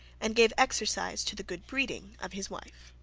and gave exercise to the good breeding of his wife.